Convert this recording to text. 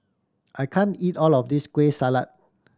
I can't eat all of this Kueh Salat